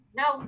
no